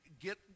get